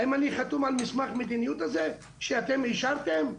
האם אני חתום על מסמך המדיניות הזה שאתם אישרתם?